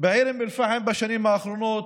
בעיר אום אל-פחם בשנים האחרונות,